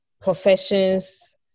professions